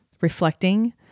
reflecting